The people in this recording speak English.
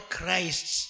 Christ